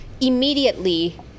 immediately